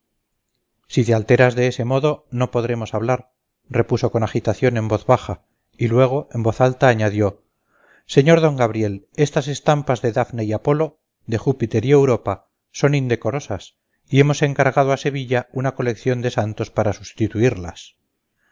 ese modo no podremos hablar repuso con agitación en voz baja y luego en voz alta añadió sr d gabriel estas estampas de dafne y apolo de júpiter y europa son indecorosas y hemos encargado a sevilla una colección de santos para sustituirlas